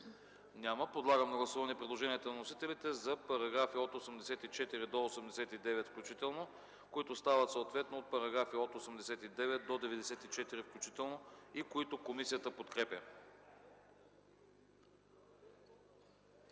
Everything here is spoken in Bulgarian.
Няма. Подлагам на гласуване предложението на вносителя за параграфи от 84 до 89 включително, които стават съответно параграфи от 89 до 94 включително и които комисията подкрепя.